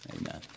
Amen